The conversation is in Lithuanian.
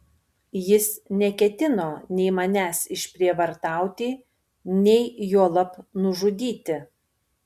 jis neketino nei manęs išprievartauti nei juolab nužudyti